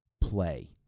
play